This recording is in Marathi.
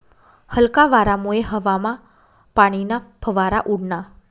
हलका वारामुये हवामा पाणीना फवारा उडना